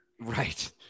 Right